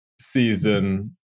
season